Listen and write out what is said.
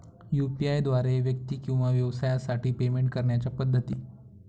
UPI द्वारे व्यक्ती किंवा व्यवसायांसाठी पेमेंट करण्याच्या पद्धती